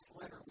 letter